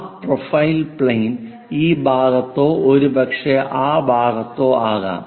ആ profile plane ഈ ഭാഗത്തോ ഒരുപക്ഷേ ആ ഭാഗത്തോ ആകാം